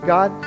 God